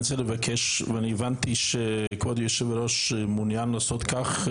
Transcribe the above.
אני רוצה לבקש והבנתי שכבוד יושב-הראש מעוניין לעשות כך,